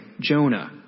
Jonah